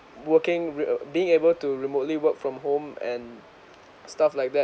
working re~ being able to remotely work from home and stuff like that